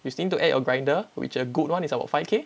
you still need to add your grinder which a good one is about five K